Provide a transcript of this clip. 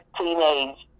teenage